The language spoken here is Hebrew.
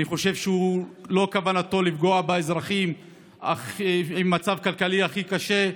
ואני חושב שאין כוונתו לפגוע באזרחים שהם במצב כלכלי הכי קשה.